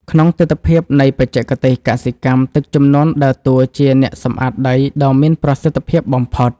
ក្នុងទិដ្ឋភាពនៃបច្ចេកទេសកសិកម្ម ទឹកជំនន់ដើរតួជា អ្នកសម្អាតដី ដ៏មានប្រសិទ្ធភាពបំផុត។